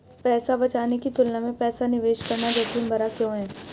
पैसा बचाने की तुलना में पैसा निवेश करना जोखिम भरा क्यों है?